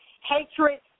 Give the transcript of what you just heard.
hatred